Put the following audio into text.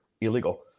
illegal